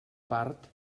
part